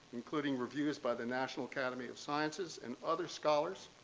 including reviews by the national academy of sciences and other scholars,